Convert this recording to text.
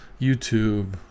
YouTube